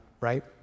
right